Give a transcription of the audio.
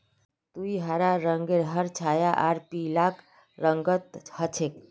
तुरई हरा रंगेर हर छाया आर पीलक रंगत ह छेक